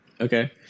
Okay